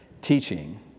teaching